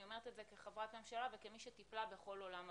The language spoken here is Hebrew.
אני אומרת את זה כחברת ממשלה וכמי שטיפלה בכול עולם הבנייה.